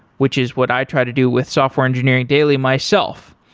which is what i try to do with software engineering daily myself,